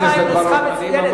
הנוסחה היא נוסחה מצוינת.